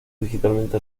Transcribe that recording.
digitalmente